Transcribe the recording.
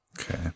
Okay